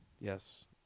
Yes